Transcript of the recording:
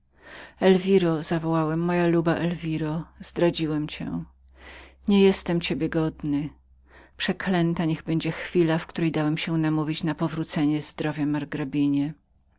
elwiro zawołałem moja luba elwiro zdradziłem cię nie jestem ciebie godnym przeklętą niech będzie chwila w której dałem się namówić na powrócenie zdrowia margrabinie